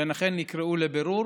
והם אכן נקראו לבירור.